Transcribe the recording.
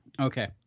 Okay